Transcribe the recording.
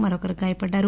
మరొకరు గాయపడ్డారు